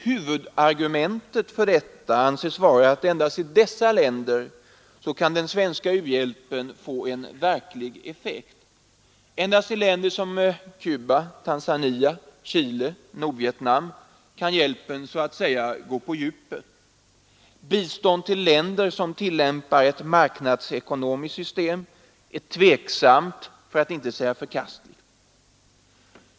Huvudargumentet för detta anses vara att endast i dessa länder kan den svenska u-hjälpen få en verklig effekt. Endast i länder som Cuba, Tanzania, Chile och Nordvietnam kan hjälpen så att säga gå på djupet. Bistånd till länder som tillämpar marknadsekonomiskt system anses tvivelaktigt, för att inte säga förkastligt.